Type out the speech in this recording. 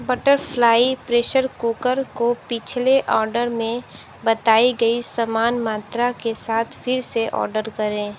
butterfly pressure cooker को पिछले order में बताई गई समान मात्रा के साथ फिर से ऑर्डर करें